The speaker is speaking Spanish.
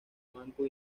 manco